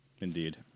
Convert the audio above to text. Indeed